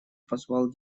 позвал